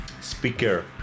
speaker